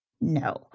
No